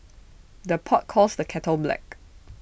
the pot calls the kettle black